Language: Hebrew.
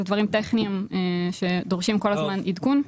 אלה דברים טכניים שדורשים כל הזמן עדכון.